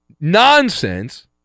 nonsense